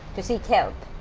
to seek help,